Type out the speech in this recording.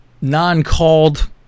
non-called